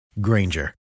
Granger